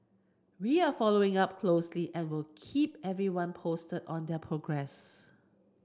we are following up closely and will keep everyone posted on their progress